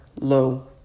low